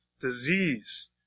disease